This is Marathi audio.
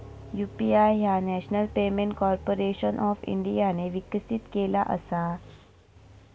यू.पी.आय ह्या नॅशनल पेमेंट कॉर्पोरेशन ऑफ इंडियाने विकसित केला असा